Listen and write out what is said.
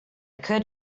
could